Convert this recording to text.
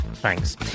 Thanks